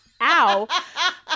ow